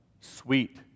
Sweet